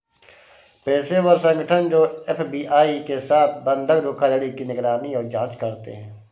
पेशेवर संगठन जो एफ.बी.आई के साथ बंधक धोखाधड़ी की निगरानी और जांच करते हैं